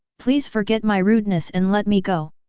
please forget my rudeness and let me go.